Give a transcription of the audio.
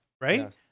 right